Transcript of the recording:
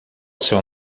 seu